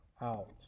out